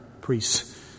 priests